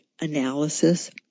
analysis